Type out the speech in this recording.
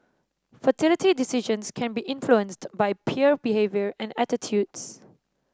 fertility decisions can be influenced by peer behaviour and attitudes